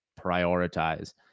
prioritize